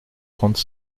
trente